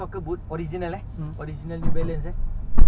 two freaking pair and it's nice